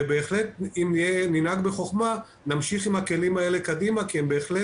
ובהחלט אם ננהג בחכמה נמשיך עם הכלים האלה קדימה כי הם בהחלט